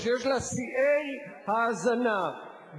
שיש לה שיאי האזנה,